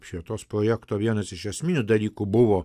apšvietos projekto vienas iš esminių dalykų buvo